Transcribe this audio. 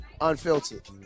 unfiltered